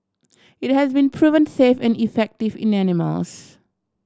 it has been proven safe and effective in animals